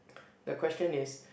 the question is